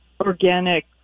organic